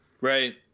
Right